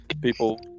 people